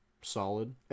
Solid